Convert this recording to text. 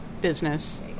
business